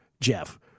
Jeff